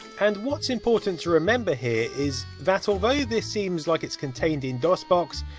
and what's important to remember here is that, although this seems like it's contained in dosbox.